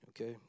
Okay